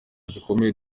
zikomeye